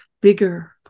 bigger